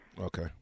Okay